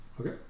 Okay